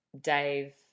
Dave